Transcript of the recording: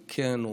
הוא כן,